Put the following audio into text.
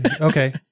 Okay